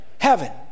heaven